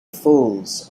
falls